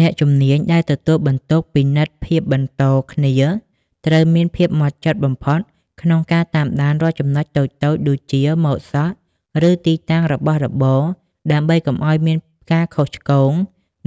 អ្នកជំនាញដែលទទួលបន្ទុកពិនិត្យភាពបន្តគ្នាត្រូវមានភាពហ្មត់ចត់បំផុតក្នុងការតាមដានរាល់ចំណុចតូចៗដូចជា ម៉ូដសក់ ឬទីតាំងរបស់របរ ដើម្បីកុំឱ្យមានការខុសឆ្គង